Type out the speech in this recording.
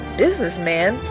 businessman